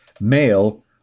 Male